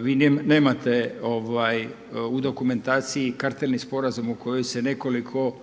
Vi nemate u dokumentaciji kartelni sporazum u kojem se nekoliko